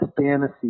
fantasy